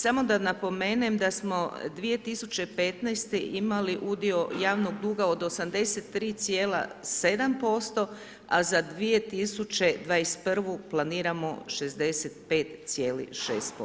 Samo da napomenem da smo 2015. imali udio javnog duga od 83,7% a za 2021. planiramo 65,6%